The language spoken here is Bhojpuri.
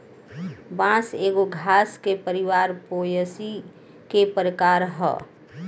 बांस एगो घास के परिवार पोएसी के प्रकार ह